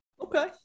Okay